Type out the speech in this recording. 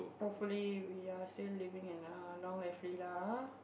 hopefully we are still living in uh long and free ah